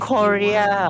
Korea